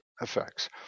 effects